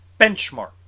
benchmark